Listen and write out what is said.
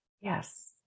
Yes